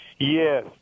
Yes